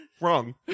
Wrong